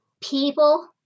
people